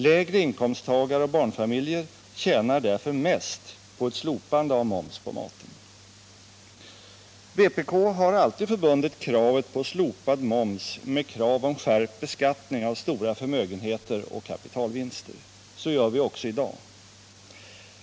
Lägre inkomsttagare och barnfamiljer tjänar därför mest på ett slopande av moms på maten. Vpk har alltid förbundit kravet på ett slopande av moms med kravet på en skärpning av beskattningen av stora förmögenheter och kapitalvinster. Så gör vi också i dag.